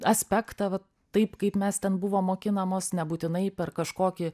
aspektą va taip kaip mes ten buvom mokinamos nebūtinai per kažkokį